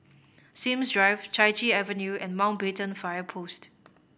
Sims Drive Chai Chee Avenue and Mountbatten Fire Post